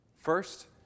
First